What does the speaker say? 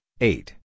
eight